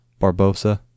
barbosa